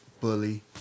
bully